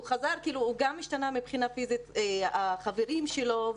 הוא גם השתנה מבחינה פיזית והחברים שלו,